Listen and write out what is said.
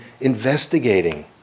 investigating